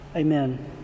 Amen